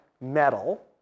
metal